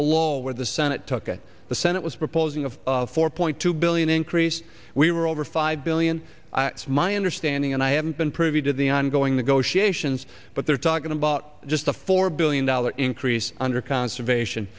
below where the senate took it the senate was proposing of four point two billion increase we're over five billion my understanding and i haven't been privy to the ongoing negotiations but they're talking about just the four billion dollars increase under conservation